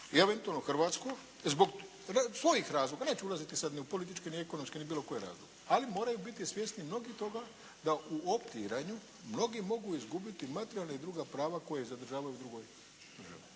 eventualno hrvatsko zbog svojih razloga, neću ulaziti sada ni u političke, ni ekonomske ni bilo koje razloge, ali moraju biti svjesni mnogi toga da u optiranju mnogi mogu izgubiti i materijalna i druga prava koja zadržavaju u drugoj državi.